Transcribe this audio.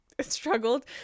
struggled